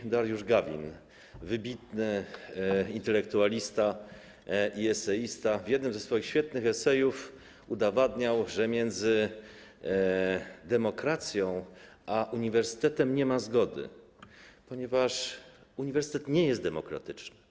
Śp. Dariusz Gawin, wybitny intelektualista i eseista, w jednym ze swoich świetnych esejów udowadniał, że między demokracją a uniwersytetem nie ma zgody, ponieważ uniwersytet nie jest demokratyczny.